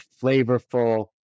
flavorful